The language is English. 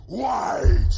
white